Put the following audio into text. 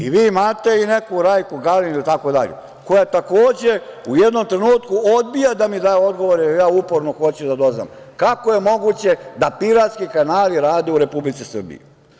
Vi imate i neku Rajku Galin itd, koja takođe u jednom trenutku odbija da mi daje odgovore, jer ja uporno hoću da doznam kako je moguće da piratski kanali rade u Republici Srbiji.